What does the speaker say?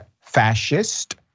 fascist